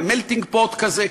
melting pot כזה,